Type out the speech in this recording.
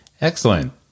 Excellent